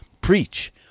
preach